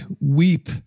weep